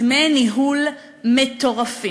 דמי ניהול מטורפים.